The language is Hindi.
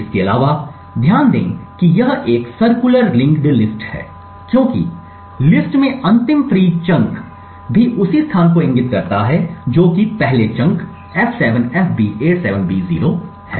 इसके अलावा ध्यान दें कि यह एक सर्कुलर लिंक्ड लिस्ट है क्योंकि लिस्ट में अंतिम फ्री चंक भी उसी स्थान को इंगित करता है जो कि पहले चंक f7fb87b0 है